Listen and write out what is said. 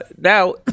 now